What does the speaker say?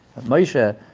Moshe